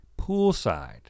poolside